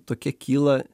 tokia kyla